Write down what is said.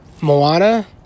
Moana